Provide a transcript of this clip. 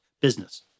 business